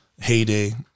heyday